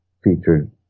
featured